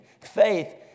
Faith